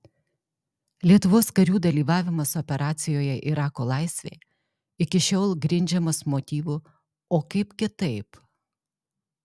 lietuvos karių dalyvavimas operacijoje irako laisvė iki šiol grindžiamas motyvu o kaip kitaip